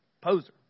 Poser